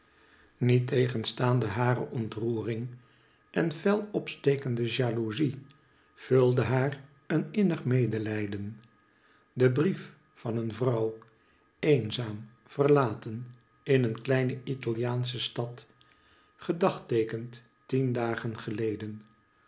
niettegenstaande hare ontroering en fel opstekende jalouzie vulde haar een innig medelijden de brief van een vrouw eenzaam verlaten in een kleine italiaansche stad gedagteekend tien dagen geleden